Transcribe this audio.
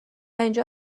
اینجا